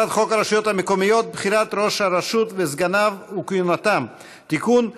הצעת חוק הרשויות המקומיות (בחירת ראש הרשות וסגניו וכהונתם) (תיקון,